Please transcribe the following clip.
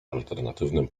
alternatywnym